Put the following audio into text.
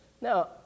Now